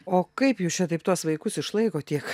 o kaip jūs čia taip tuos vaikus išlaikot tiek